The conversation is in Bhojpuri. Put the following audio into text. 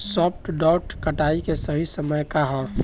सॉफ्ट डॉ कटाई के सही समय का ह?